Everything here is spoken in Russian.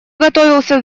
готовился